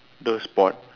the sport